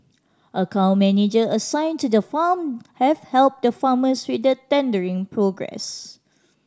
account manager assigned to the farm have helped the farmers with the tendering process